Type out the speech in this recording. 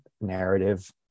narrative